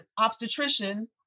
obstetrician